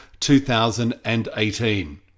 2018